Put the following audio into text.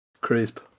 crisp